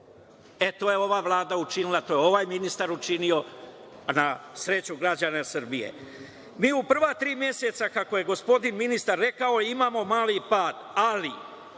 E, to je ova Vlada učinila, to je ovaj ministar učinio na sreću građana Srbije. Mi u prva tri meseca, kako je gospodin ministar rekao, imamo mali pad ali